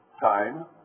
time